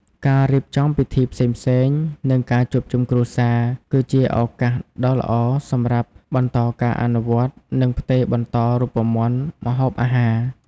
ការរៀបចំពិធីផ្សេងៗ និងការជួបជុំគ្រួសារ គឺជាឱកាសដ៏ល្អសម្រាប់បន្តការអនុវត្តន៍ និងផ្ទេរបន្តរូបមន្តម្ហូបអាហារ។